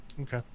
Okay